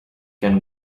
can